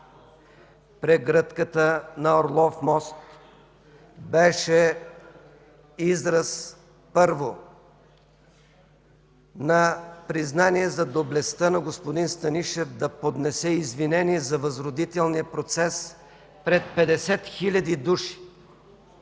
прегръдката на „Орлов мост” беше израз, първо, на признание за доблестта на господин Станишев да поднесе извинение за възродителния процес пред 50 хил. души.